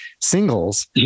singles